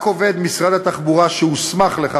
רק עובד משרד התחבורה שהוסמך לכך